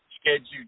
scheduled